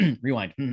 rewind